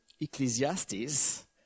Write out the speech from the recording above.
Ecclesiastes